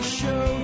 show